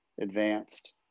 advanced